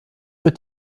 wird